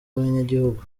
abanyagihugu